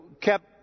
kept